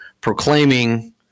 proclaiming